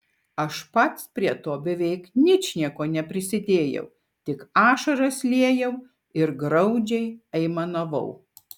aš pats prie to beveik ničnieko neprisidėjau tik ašaras liejau ir graudžiai aimanavau